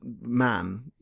man